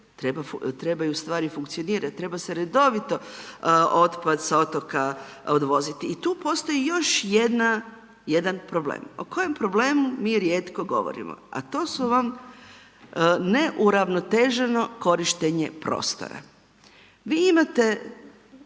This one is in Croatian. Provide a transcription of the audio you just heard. trebaju stvari funkcionirat, treba se redovito otpad sa otoka odvoziti i tu postoji još jedan problem, o kojem problemu mi rijetko govorimo. To su vam neuravnoteženo korištenje prostora. Vi imate